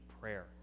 prayer